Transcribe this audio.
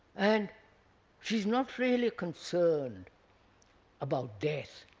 and she is not really concerned about death,